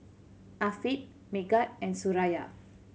Afiq Megat and Suraya